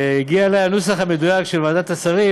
הגיע אלי הנוסח המדויק של ועדת השרים,